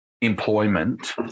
employment